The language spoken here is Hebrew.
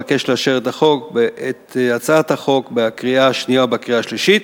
אבקש לאשר את הצעת החוק בקריאה השנייה ובקריאה השלישית.